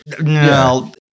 no